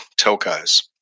telcos